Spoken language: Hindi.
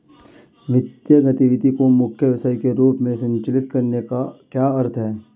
वित्तीय गतिविधि को मुख्य व्यवसाय के रूप में संचालित करने का क्या अर्थ है?